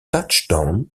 touchdown